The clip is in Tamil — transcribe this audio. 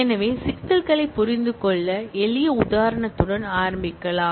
எனவே சிக்கல்களைப் புரிந்துகொள்ள எளிய உதாரணத்துடன் ஆரம்பிக்கலாம்